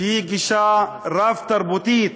שהיא גישה רב-תרבותית,